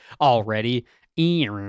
already